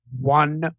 one